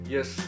Yes